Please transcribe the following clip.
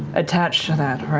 attached to that,